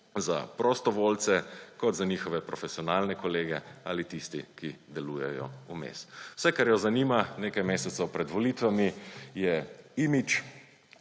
za prostovoljce kot za njihove profesionalne kolege ali tiste, ki delujejo vmes. Vse, kar jo zanima nekaj mesecev pred volitvami, je imidž,